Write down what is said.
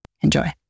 enjoy